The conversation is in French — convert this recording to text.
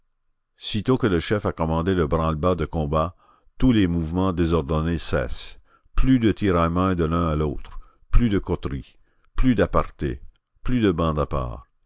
sitôt que le chef a commandé le branle-bas de combat tous les mouvements désordonnés cessent plus de tiraillements de l'un à l'autre plus de coteries plus d'aparté plus de bande à part